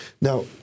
Now